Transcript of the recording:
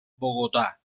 bogotá